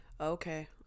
okay